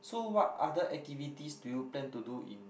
so what other activities do you plan to do in